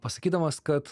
pasakydamas kad